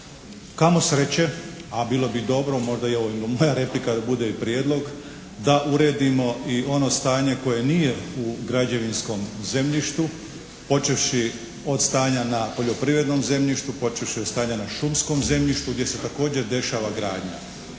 Kamo sreće a bilo bi dobro možda i ovim da moja replika bude i prijedlog da uredimo i ono stanje koje nije u građevinskom zemljištu počevši od stanja na poljoprivrednom zemljištu, počevši od stanja na šumskom zemljištu gdje se također dešava gradnja.